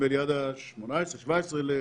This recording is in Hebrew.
נדמה לי עד ה-17,18 ביולי.